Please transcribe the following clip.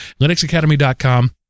Linuxacademy.com